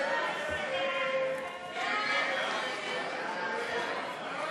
ההצעה להעביר את הצעת